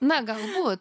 na galbūt